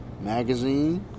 magazine